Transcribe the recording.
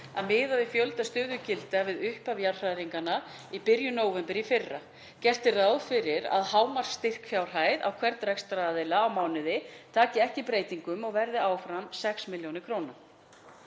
að miða við fjölda stöðugilda við upphaf jarðhræringanna í byrjun nóvember í fyrra. Gert er ráð fyrir að hámarksstyrkfjárhæð á hvern rekstraraðila á mánuði taki ekki breytingum og verði áfram 6 millj. kr.